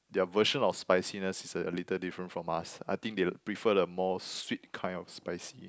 their version of spiciness a a little different from us I think they'll prefer a more sweet kind of spicy